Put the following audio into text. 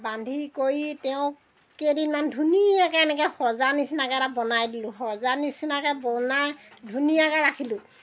বান্ধি কৰি তেওঁক কেইদিনমান ধুনীয়াকৈ এনেকৈ সঁজা নিচিনাকৈ এটা বনাই দিলোঁ সঁজা নিচিনাকৈ বনাই ধুনীয়াকৈ ৰাখিলোঁ